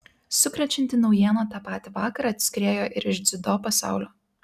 sukrečianti naujiena tą patį vakarą atskriejo ir iš dziudo pasaulio